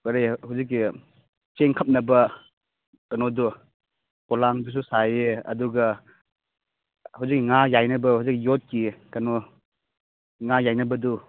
ꯀꯔꯤ ꯍꯧꯖꯤꯛꯀꯤ ꯆꯦꯡ ꯈꯞꯅꯕ ꯀꯩꯅꯣꯗꯣ ꯄꯣꯂꯥꯡꯗꯨꯁꯨ ꯁꯥꯏꯌꯦ ꯑꯗꯨꯒ ꯍꯧꯖꯤꯛ ꯉꯥ ꯌꯥꯏꯅꯕ ꯍꯧꯖꯤꯛ ꯌꯣꯠꯀꯤ ꯀꯩꯅꯣ ꯉꯥ ꯌꯥꯏꯅꯕꯗꯨ